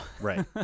Right